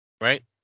right